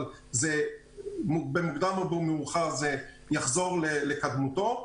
במוקדם או במאוחר הוא יחזור לקדמותו.